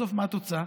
בסוף, מה התוצאה?